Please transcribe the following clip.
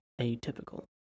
atypical